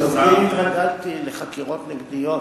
תודה רבה לכבוד שר המשפטים.